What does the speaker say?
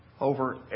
over